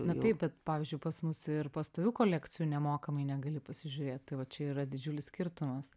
na taip bet pavyzdžiui pas mus ir pastovių kolekcijų nemokamai negali pasižiūrėt tai va čia yra didžiulis skirtumas